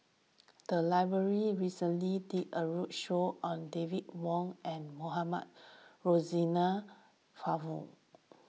the library recently did a roadshow on David Wong and Mohamed Rozani Maarof